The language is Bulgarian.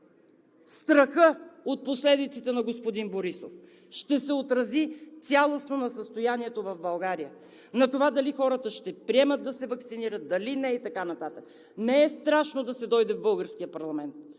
Страхът от последиците на господин Борисов ще се отрази цялостно на състоянието в България – на това дали хората ще приемат да се ваксинират, дали не и така нататък! Не е страшно да се дойде в българския парламент,